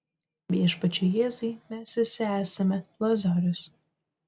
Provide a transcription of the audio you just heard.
viešpačiui jėzui mes visi esame lozorius